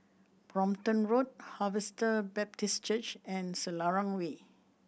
Brompton Road Harvester Baptist Church and Selarang Way